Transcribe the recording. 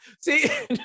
see